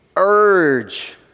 urge